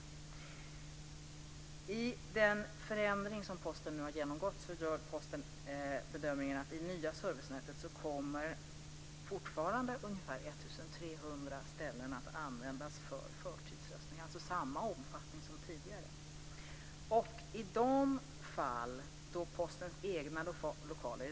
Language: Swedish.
Efter den förändring som Posten nu har genomgått gör man bedömningen att i det nya servicenätet kommer fortfarande 1 300 lokaler att kunna användas för förtidsröstning. Omfattningen är alltså densamma som tidigare.